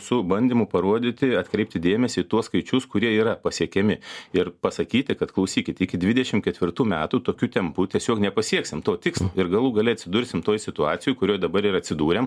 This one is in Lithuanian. su bandymu parodyti atkreipti dėmesį į tuos skaičius kurie yra pasiekiami ir pasakyti kad klausykit iki dvidešim ketvirtų metų tokiu tempu tiesiog nepasieksim to tikslo ir galų gale atsidursim toj situacijoj kurioj dabar ir atsidūrėm